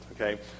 Okay